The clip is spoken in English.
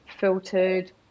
filtered